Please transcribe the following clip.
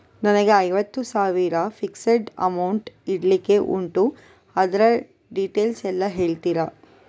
ನನಗೆ ಐವತ್ತು ಸಾವಿರ ಫಿಕ್ಸೆಡ್ ಅಮೌಂಟ್ ಇಡ್ಲಿಕ್ಕೆ ಉಂಟು ಅದ್ರ ಡೀಟೇಲ್ಸ್ ಎಲ್ಲಾ ಹೇಳ್ತೀರಾ?